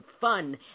fun